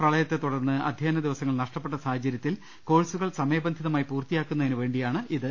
പ്രളയത്തെ തുടർന്ന് അധ്യയനദിവസ ങ്ങൾ നഷ്ടപ്പെട്ട സാഹചര്യത്തിൽ കോഴ്സുകൾ സമയബന്ധിത മായി പൂർത്തിയാക്കുന്നതിന് വേണ്ടിയാണിത്